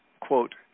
quote